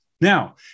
Now